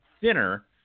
thinner